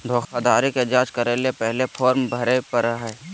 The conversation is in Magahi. धोखाधड़ी के जांच करय ले पहले फॉर्म भरे परय हइ